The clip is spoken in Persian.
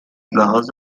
لحاظ